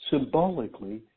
symbolically